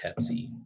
Pepsi